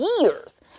years